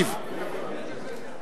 תודה רבה.